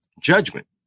judgment